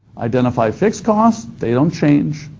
identify fixed costs. they don't change,